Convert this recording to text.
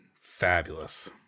Fabulous